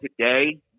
today